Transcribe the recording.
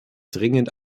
dringend